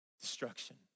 destruction